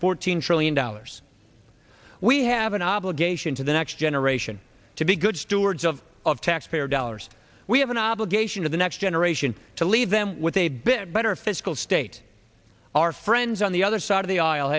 fourteen trillion dollars we have an obligation to the next generation to be good stewards of of taxpayer dollars we have an obligation to the next generation to leave them with a bit better fiscal state our friends on the other side of the aisle